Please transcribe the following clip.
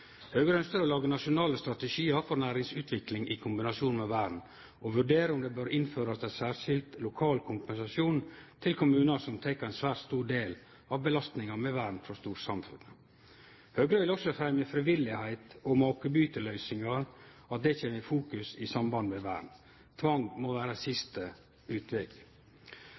Høgre ønskjer å lage nasjonale strategiar for næringsutvikling i kombinasjon med vern og vurdere om det bør innførast ein særskild lokal kompensasjon til kommunar som tek ein svært stor del av belastninga med vern frå storsamfunnet. Høgre vil også fremje frivilligheit og makebyteløysingar, slik at det kjem i fokus i samband med vern. Tvang må vere siste utveg.